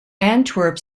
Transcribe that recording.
antwerp